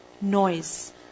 Noise